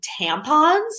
tampons